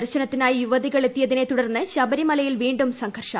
ദർശനത്തിനായി യുവതികളെത്തിയതിനെ തുടർന്ന് ശബരിമലയിൽ വീണ്ടും സംഘർഷാവസ്ഥ